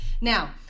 Now